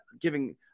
giving